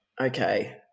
okay